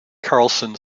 carlson